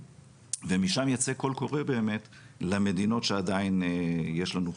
ומשם יצא קול קורא באמת למדינות שעדיין יש לנו חובות.